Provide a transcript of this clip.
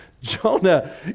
Jonah